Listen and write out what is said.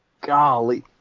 golly